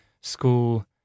school